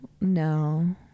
no